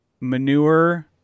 manure